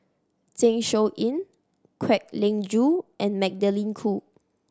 Zeng Shouyin Kwek Leng Joo and Magdalene Khoo